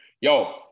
yo